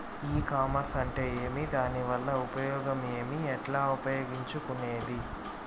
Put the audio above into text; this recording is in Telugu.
ఈ కామర్స్ అంటే ఏమి దానివల్ల ఉపయోగం ఏమి, ఎట్లా ఉపయోగించుకునేది?